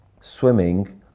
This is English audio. swimming